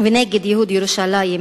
ונגד ייהוד ירושלים,